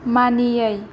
मानियै